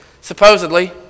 supposedly